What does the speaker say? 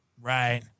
Right